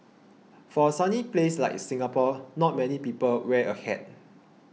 for a sunny place like Singapore not many people wear a hat